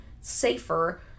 safer